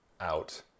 out